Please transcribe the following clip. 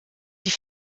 die